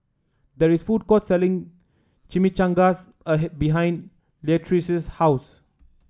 there is a food court selling Chimichangas behind Leatrice's house